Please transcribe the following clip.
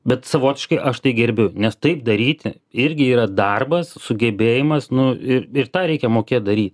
bet savotiškai aš tai gerbiu nes taip daryti irgi yra darbas sugebėjimas nu ir ir tą reikia mokėt daryt